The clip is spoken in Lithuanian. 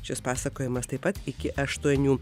šis pasakojimas taip pat iki aštuonių